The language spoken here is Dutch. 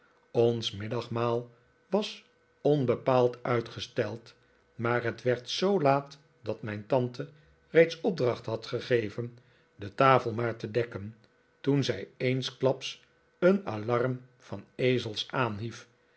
ons middagmaal was onbepaald uitgesteld maar het werd zoo laat dat mijn tante reeds opdracht had gegeven de tafel maar te dekken toen zij eensklaps een alarm van ezels aanhief